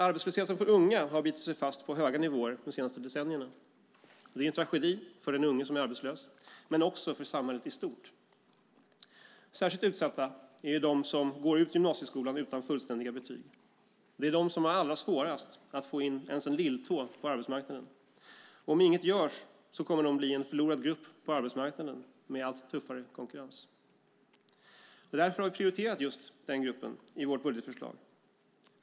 Arbetslösheten för unga har bitit sig fast på höga nivåer de senaste decennierna. Det är en tragedi för den unge som är arbetslös men också för samhället i stort. Särskilt utsatta är de som går ut gymnasieskolan utan fullständiga betyg. Det är de som har allra svårast att få in ens en lilltå på arbetsmarknaden. Om inget görs kommer de att bli en förlorad grupp på en arbetsmarknad med allt tuffare konkurrens. Därför har vi prioriterat just den gruppen i vårt budgetförslag.